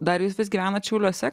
dar jūs vis gyvenot šiauliuose